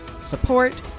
support